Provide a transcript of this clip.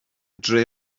dre